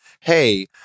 hey